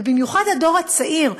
ובמיוחד הדור הצעיר,